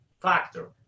factor